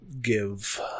give